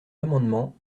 amendement